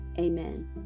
Amen